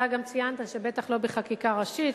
אתה גם ציינת שבטח לא בחקיקה ראשית,